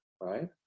right